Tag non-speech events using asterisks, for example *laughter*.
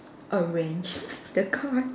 arrange *laughs* the card